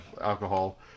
alcohol